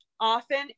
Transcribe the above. Often